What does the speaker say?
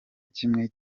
kimwe